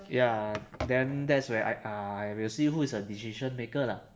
ya then that's where I uh I will see who is a decision maker lah